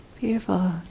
Beautiful